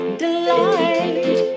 delight